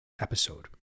episode